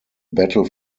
battle